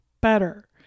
better